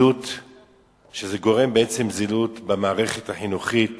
שזה גורם בעצם זילות במערכת החינוכית